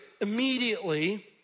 immediately